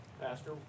Pastor